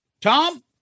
Tom